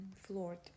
floored